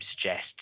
suggests